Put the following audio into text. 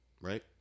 right